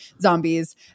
zombies